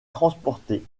transportés